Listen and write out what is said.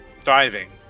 ...thriving